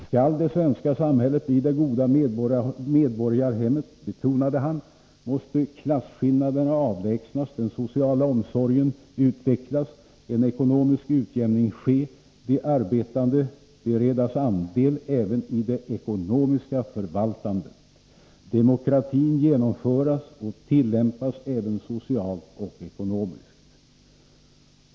Skall det svenska samhället bli det goda medborgarhemmet, betonade han, måste klasskillnaderna avlägsnas, den sociala omsorgen utvecklas, en ekonomisk utjämning ske, de arbetande beredas andel även i det ekonomiska förvaltandet, demokratin genomföras och tillämpas även socialt och ekonomiskt.